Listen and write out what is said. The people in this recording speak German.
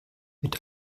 mit